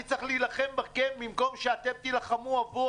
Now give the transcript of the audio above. אני צריך להילחם במקום שאתם תילחמו עבור